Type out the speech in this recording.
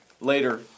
Later